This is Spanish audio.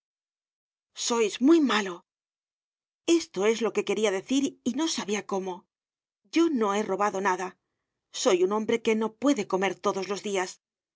sois muy malo esto es lo que quería decir y no sabia cómo yo no he robado nada sois un hombre que no puede comer todos los dias